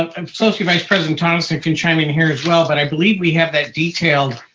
um associate vice president tonneson can chime in here as well but i believe we have that detail,